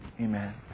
Amen